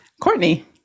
Courtney